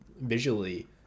visually